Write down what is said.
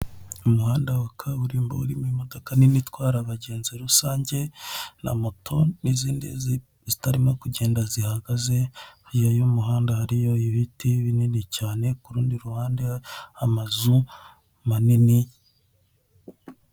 Umuhanda wa kaburimbo urimo imodoka nini itarwa abagenzi rusange na moto nizindi zitarimo kugenda zihagaze hirya y'umuhanda hariyo ibiti binini cyane kurundi ruhande amazu manini.